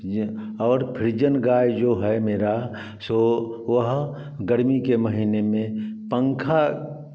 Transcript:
जे और फ्रिजन गाय जो है मेरा सो वह गर्मी के महीने में पंखा